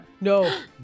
No